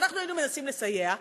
אנחנו היינו מנסים לסייע,